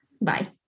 Bye